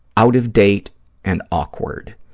out of date and awkward.